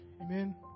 Amen